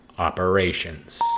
operations